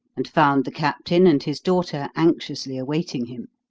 and found the captain and his daughter anxiously awaiting him.